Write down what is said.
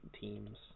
teams